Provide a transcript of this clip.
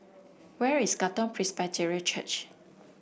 where is Katong Presbyterian Church